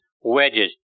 wedges